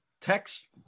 text